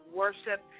worship